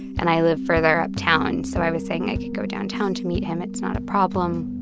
and i live further uptown, so i was saying i could go downtown to meet him. it's not a problem.